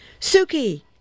Suki